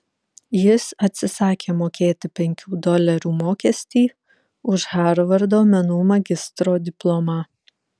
jis atsisakė mokėti penkių dolerių mokestį už harvardo menų magistro diplomą